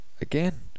again